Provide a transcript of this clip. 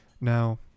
now